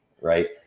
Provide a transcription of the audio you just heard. right